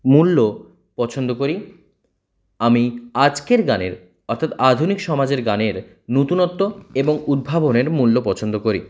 মূল্য পছন্দ করি আমি আজকের গানের অর্থাৎ আধুনিক সমাজের গানের নতুনত্ব এবং উদ্ভাবনের মূল্য পছন্দ করি